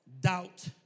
doubt